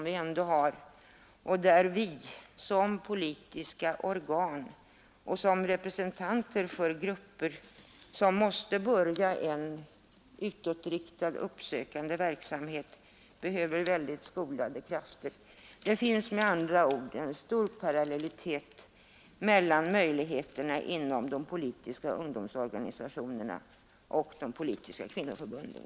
Vi måste som politiska organ och som representanter för väsentliga grupper börja en utåtriktad uppsökande verksamhet. Till detta behöver vi skolade krafter. Det finns med andra ord en stor parallellitet mellan möjligheterna inom de politiska ungdomsorganisationerna och de politiska kvinnoförbunden.